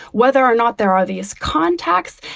whether or not there are these contacts.